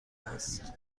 است